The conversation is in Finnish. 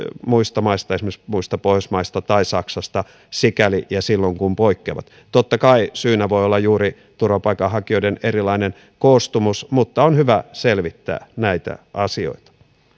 muista maista esimerkiksi muista pohjoismaista tai saksasta sikäli ja silloin kun poikkeavat totta kai syynä voi olla juuri turvapaikanhakijoiden erilainen koostumus mutta on hyvä selvittää näitä asioita